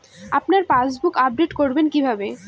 আপনার passbook update করবেন কিভাবে?